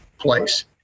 place